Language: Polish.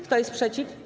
Kto jest przeciw?